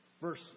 Verse